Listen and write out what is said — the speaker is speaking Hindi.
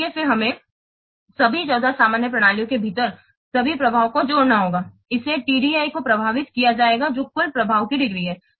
इसलिए फिर हमें सभी 14 सामान्य प्रणालियों के लिए सभी प्रभाव को जोड़ना होगा इससे TDI को प्रभावित किया जाएगा जो कुल प्रभाव की डिग्री है